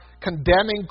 condemning